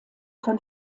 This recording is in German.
von